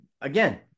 again